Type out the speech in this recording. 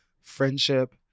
friendship